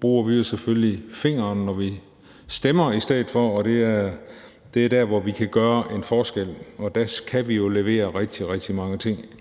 bruger vi jo selvfølgelig fingeren i stedet for, når vi stemmer, og det er der, vi kan gøre en forskel. Der kan vi jo fra Nordisk Råd levere rigtig, rigtig mange ting,